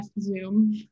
Zoom